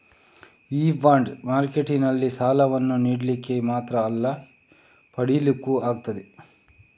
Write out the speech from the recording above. ಈ ಬಾಂಡ್ ಮಾರ್ಕೆಟಿನಲ್ಲಿ ಸಾಲವನ್ನ ನೀಡ್ಲಿಕ್ಕೆ ಮಾತ್ರ ಅಲ್ಲ ಪಡೀಲಿಕ್ಕೂ ಆಗ್ತದೆ